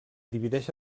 divideix